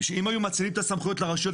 שאם היו מאצילים את הסמכויות לרשויות